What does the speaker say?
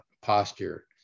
posture